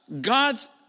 God's